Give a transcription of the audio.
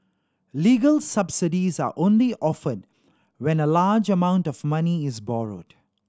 legal subsidies are only offered when a large amount of money is borrowed